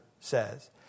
says